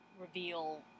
reveal